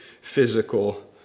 physical